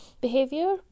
behavior